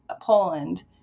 Poland